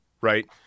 right